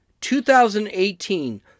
2018